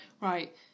right